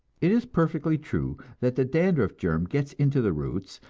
it is perfectly true that the dandruff germ gets into the roots,